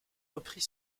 repris